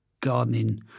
gardening